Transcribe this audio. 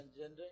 gender